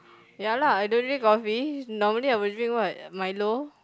ya lah I don't drink coffee normally I will drink what milo